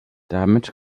damit